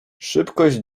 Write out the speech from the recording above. szybkość